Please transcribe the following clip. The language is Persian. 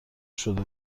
شده